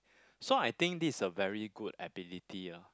so I think this is a very good ability ah